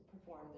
perform